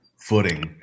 footing